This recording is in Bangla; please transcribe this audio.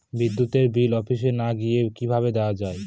বিদ্যুতের বিল অফিসে না গিয়েও কিভাবে দেওয়া য়ায়?